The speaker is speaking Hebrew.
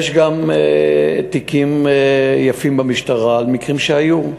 יש גם תיקים יפים במשטרה על מקרים שהיו,